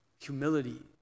Humility